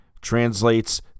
translates